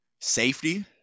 safety